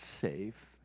safe